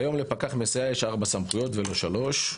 כיום, לפקח מסייע יש ארבע סמכויות ולא שלוש.